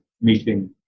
meeting